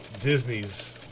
Disney's